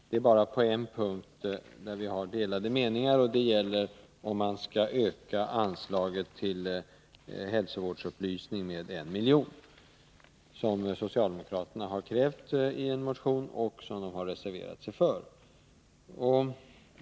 Det är bara på en punkt som vi har delade meningar, nämligen om man skall öka anslaget till hälsovårdsupplysning med 1 milj.kr., som socialdemokraterna har krävt i en motion och reserverat sig för.